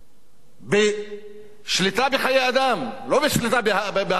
בשליטה בחיי אדם, לא בשליטה בהחלטות של הממשלה.